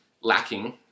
lacking